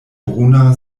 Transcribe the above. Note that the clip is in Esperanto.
bruna